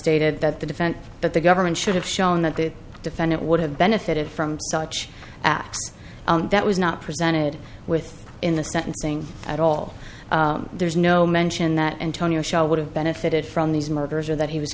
stated that the defense but the government should have shown that the defendant would have benefited from such acts that was not presented with in the sentencing at all there's no mention that antonio shell would have benefited from these murders or that he was